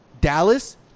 dallas